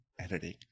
editing